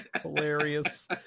hilarious